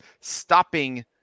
stopping